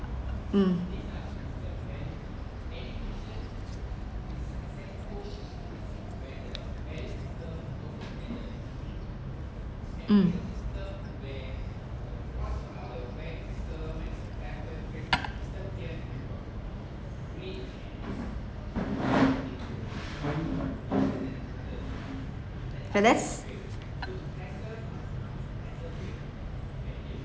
mm mm alex